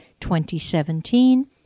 2017